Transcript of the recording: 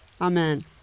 Amen